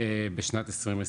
בשנת 2020,